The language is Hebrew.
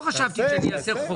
לא חשבתי שאני אעשה חוק.